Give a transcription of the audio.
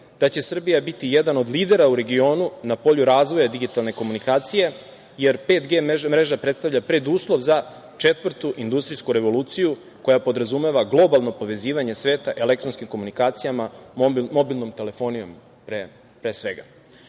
da će Srbija biti jedan od lidera u regionu na polju razvoja digitalne komunikacije, jer 5G mreža predstavlja preduslov za četvrtu industrijsku revoluciju koja podrazumeva globalno povezivanje sveta elektronskim komunikacijama, mobilnom telefonijom pre svega.O